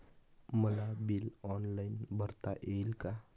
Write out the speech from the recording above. मला bill online भरता येईल का?